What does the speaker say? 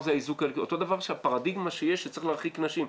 אותו דבר הפרדיגמה שיש שצריך להרחיק נשים.